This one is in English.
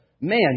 man